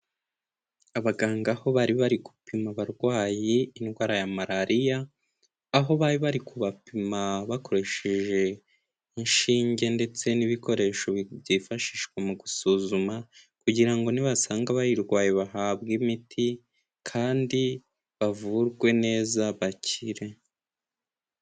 Abaganga aho bari bari gupima abarwayi indwara ya Marariya, aho bari bari kubapima bakoresheje inshinge ndetse n'ibikoresho byifashishwa mu gusuzuma kugira ngo nibasanga abayirwaye bahabwe imiti kandi bavurwe neza bakire.